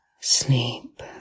sleep